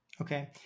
Okay